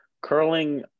curling